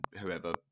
whoever